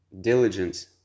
diligence